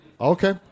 Okay